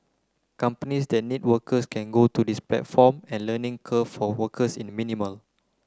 companies that need workers can go to this platform and learning curve for workers in a minimal